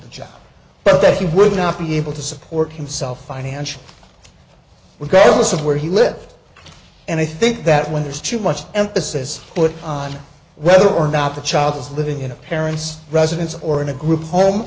a job but that he would not be able to support himself financial regardless of where he lived and i think that when there's too much emphasis put on whether or not the child is living in a parent's residence or in a group home